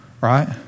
right